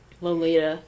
Lolita